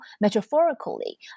metaphorically